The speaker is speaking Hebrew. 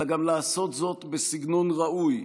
אלא גם לעשות זאת בסגנון ראוי,